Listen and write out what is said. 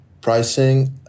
pricing